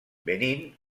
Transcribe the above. benín